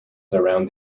surround